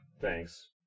Thanks